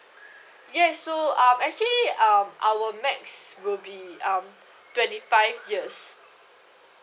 yes so um actually um our max will be um twenty five years